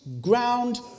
ground